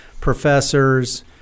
professors